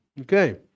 Okay